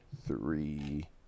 three